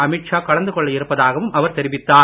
அமித் ஷா கலந்து கொள்ள இருப்பதாகவும் அவர் தெரிவித்தார்